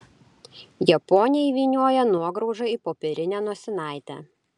japonė įvynioja nuograužą į popierinę nosinaitę